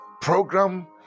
program